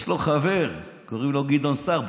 יש לו חבר, קוראים לו גדעון סער.